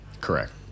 Correct